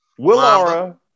Willara